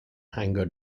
hangar